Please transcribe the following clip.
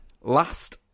last